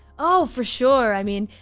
oh, for sure. i mean,